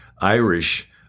Irish